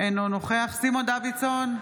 אינו נוכח סימון דוידסון,